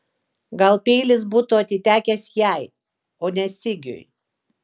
gal peilis būtų atitekęs jai o ne sigiui